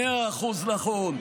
מאה אחוז נכון,